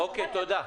אוקיי, תודה.